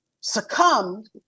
succumbed